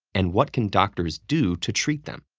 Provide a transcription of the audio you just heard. and what can doctors do to treat them?